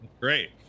great